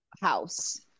House